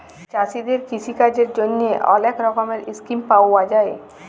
চাষীদের কিষিকাজের জ্যনহে অলেক রকমের ইসকিম পাউয়া যায়